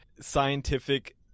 scientific